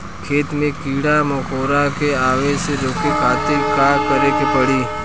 खेत मे कीड़ा मकोरा के आवे से रोके खातिर का करे के पड़ी?